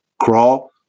Crawl